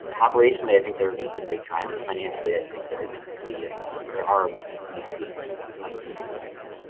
and operationally, i think there've been some big triumphs. financially, i think there are gonna be and are and will continue to be um some big issues.